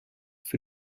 für